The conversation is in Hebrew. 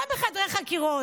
גם בחדרי חקירות.